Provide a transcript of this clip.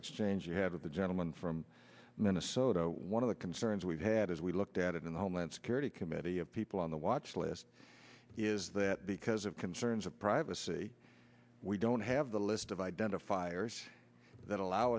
exchange you had with the gentleman from minnesota one of the concerns we had as we looked at it in the homeland security committee of people on the watch list is that because of concerns of privacy we don't have the list of identifiers that allow